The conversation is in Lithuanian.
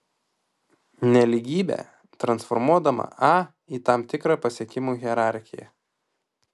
nelygybę transformuodama a į tam tikrą pasiekimų hierarchiją